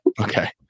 okay